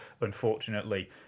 unfortunately